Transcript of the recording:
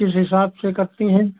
किस हिसाब से करती है